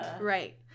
right